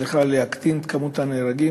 מצליחה להקטין את מספר הנהרגים,